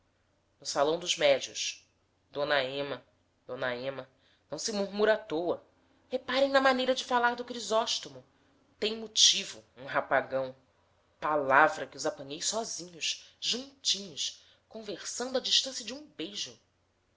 no salão dos médios d ema d ema não se murmura à toa reparem na maneira de falar do crisóstomo tem motivo um rapagão palavra que os apanhei sozinhos juntinhos conversando a distancia de um beijo